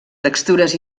textures